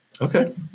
Okay